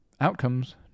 Outcomes